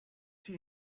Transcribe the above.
tea